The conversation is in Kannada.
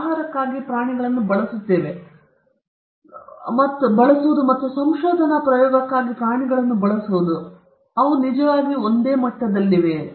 ಆಹಾರಕ್ಕಾಗಿ ಪ್ರಾಣಿಗಳನ್ನು ಬಳಸುತ್ತಿದೆಯೇ ಅಥವಾ ಸಂಶೋಧನಾ ಪ್ರಯೋಗಕ್ಕಾಗಿ ಪ್ರಾಣಿಗಳನ್ನು ಬಳಸುತ್ತಿದೆಯೇ ಅವು ಒಂದೇ ಮಟ್ಟದಲ್ಲಿವೆಯೇ